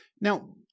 Now